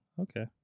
Okay